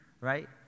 right